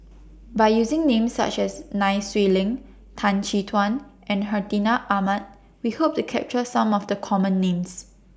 By using Names such as Nai Swee Leng Tan Chin Tuan and Hartinah Ahmad We Hope to capture Some of The Common Names